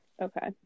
Okay